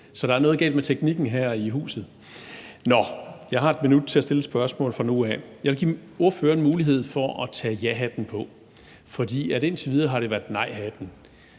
Så der er noget galt med teknikken her i huset. Nå, jeg har 1 minut til at stille et spørgsmål fra nu af. Jeg vil give ordføreren mulighed for at tage jahatten på, for indtil videre har det været nejhatten.